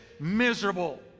miserable